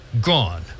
Gone